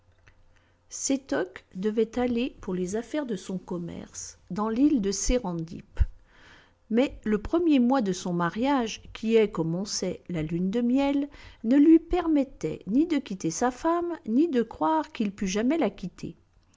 danse sétoc devait aller pour les affaires de son commerce dans l'île de serendib mais le premier mois de son mariage qui est comme on sait la lune du miel ne lui permettait ni de quitter sa femme ni de croire qu'il pût jamais la quitter